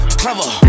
clever